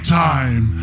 time